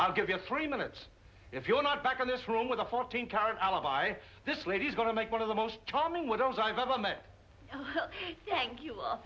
i'll give you three minutes if you're not back in this room with a fourteen carat alibi this lady's going to make one of the most charming widows i've ever met thank you off